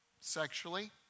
sexually